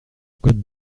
code